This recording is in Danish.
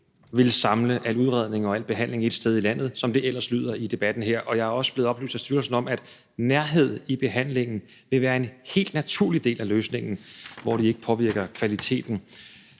vil samle al udredning og al behandling ét sted i landet, som det ellers lyder i debatten her, og jeg er også blevet oplyst af styrelsen om, at nærhed i behandlingen vil være en helt naturlig del af løsningen, hvor det ikke påvirker kvaliteten.